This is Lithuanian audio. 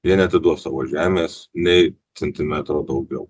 jie neatiduos savo žemės nei centimetro daugiau